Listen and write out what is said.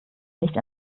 nicht